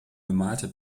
bemalte